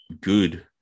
good